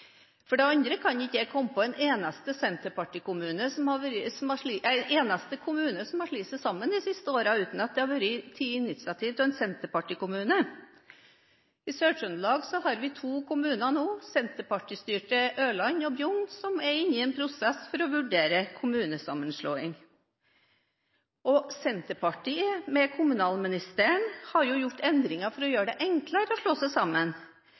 For det andre kan jeg ikke komme på en eneste kommunesammenslåing de siste årene uten at det vært tatt initiativ av en senterpartikommune. I Sør-Trøndelag har vi nå to kommuner, senterpartistyrte Ørland og Bjugn, som er inne i en prosess for å vurdere kommunesammenslåing. Senterpartiet, med kommunalministeren, har gjort endringer for å gjøre det enklere å slå seg sammen.